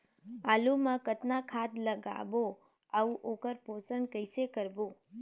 आलू मा कतना खाद लगाबो अउ ओकर पोषण कइसे करबो?